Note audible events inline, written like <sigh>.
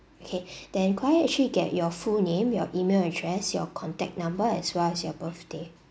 okay <breath> then could I actually get your full name your email address your contact number as well as your birthday